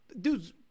Dude's